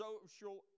social